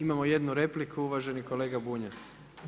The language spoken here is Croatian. Imamo jednu repliku uvaženi kolega Bunjac.